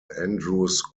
andrews